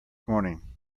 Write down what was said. morning